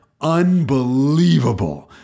unbelievable